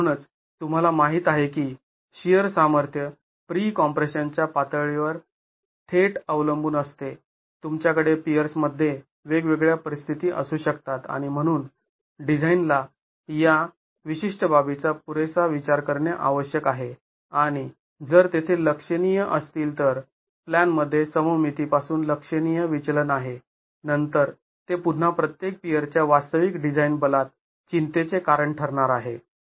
आणि म्हणूनच तुम्हाला माहित आहे की शिअर सामर्थ्य प्री कॉम्प्रेशनच्या पातळीवर थेट अवलंबून असते तुमच्याकडे पियर्समध्ये वेगवेगळ्या परिस्थिती असू शकतात आणि म्हणून डिझाइनला या विशिष्ट बाबीचा पुरेसा विचार करणे आवश्यक आहे आणि जर तेथे लक्षणीय असतील तर प्लॅनमध्ये सममितीपासून लक्षणीय विचलन आहे नंतर ते पुन्हा प्रत्येक पियरच्या वास्तविक डिझाईन बलात चिंतेचे कारण ठरणार आहे